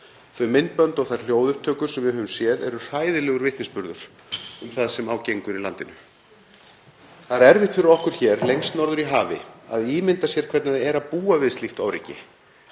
Þau myndbönd og hljóðupptökur sem við höfum séð eru hræðilegur vitnisburður um það sem gengur á í landinu. Það er erfitt fyrir okkur hér lengst norður í hafi að ímynda okkur hvernig það er að búa við slíkt óöryggi.